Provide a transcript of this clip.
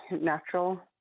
natural